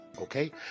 Okay